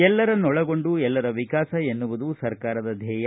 ಎಲ್ಲರನ್ನೊಳಗೊಂಡು ಎಲ್ಲರ ವಿಕಾಸ ಎನ್ನುವುದು ಸರ್ಕಾರದ ಧ್ಯೇಯ